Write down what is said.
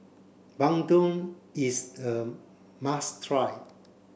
Bandung is a must try